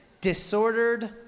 disordered